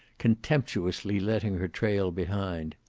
contemptuously letting her trail behind.